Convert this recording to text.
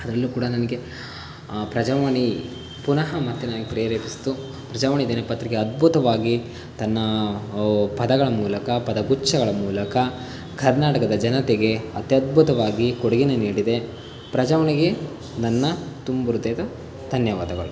ಅದರಲ್ಲೂ ಕೂಡ ನನಗೆ ಪ್ರಜಾವಾಣಿ ಪುನಃ ಮತ್ತೆ ನನಗೆ ಪ್ರೇರೇಪಿಸ್ತು ಪ್ರಜಾವಾಣಿ ದಿನಪತ್ರಿಕೆ ಅದ್ಭುತವಾಗಿ ತನ್ನ ಪದಗಳ ಮೂಲಕ ಪದಗುಚ್ಛಗಳ ಮೂಲಕ ಕರ್ನಾಟಕದ ಜನತೆಗೆ ಅತ್ಯದ್ಭುತವಾಗಿ ಕೊಡುಗೆನ ನೀಡಿದೆ ಪ್ರಜಾವಾಣಿಗೆ ನನ್ನ ತುಂಬು ಹೃದಯದ ಧನ್ಯವಾದಗಳು